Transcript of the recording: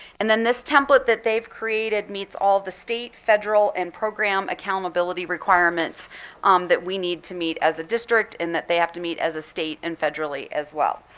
and then this template that they've created meets all the state, federal, and program accountability requirements um that we need to meet as a district and that they have to meet as a state and federally as well.